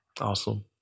Awesome